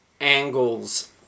angles